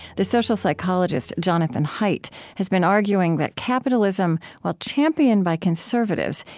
the social psychologist jonathan haidt has been arguing that capitalism, while championed by conservatives,